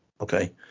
okay